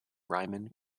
riemann